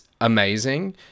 amazing